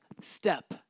step